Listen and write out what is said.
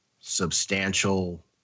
substantial